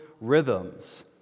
rhythms